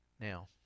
now